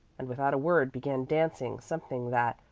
and without a word began dancing something that,